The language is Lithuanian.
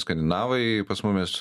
skandinavai pas mumis